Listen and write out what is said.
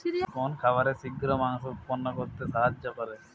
কোন খাবারে শিঘ্র মাংস উৎপন্ন করতে সাহায্য করে?